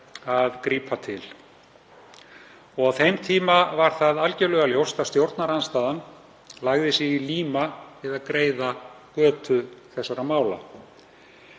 að grípa til. Á þeim tíma var það algerlega ljóst að stjórnarandstaðan lagði sig í líma við að greiða götu þessara mála.